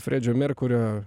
fredžio merkurio